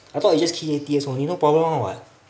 I thought you just key in T_S only no problem [one] [what]